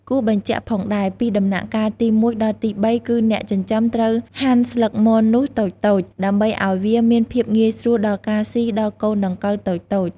គួរបញ្ជាក់ផងដែរ ពីដំណាក់កាលទី១ ដល់ទី៣ គឺអ្នកចិញ្ចឹមត្រូវហាន់ស្លឹកមននោះតូចៗ ដើម្បីអោយមានភាពងាយស្រួលដល់ការស៊ីដល់កូនដង្កូវតូចៗ។